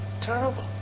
terrible